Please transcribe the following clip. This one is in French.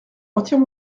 retire